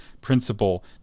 principle